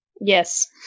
yes